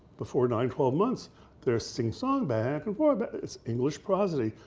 before nine, twelve months their sing songs back and forth, but it's english prosody.